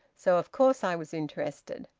so of course i was interested.